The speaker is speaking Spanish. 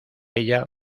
ella